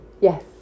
Yes